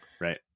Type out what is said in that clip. Right